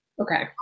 Okay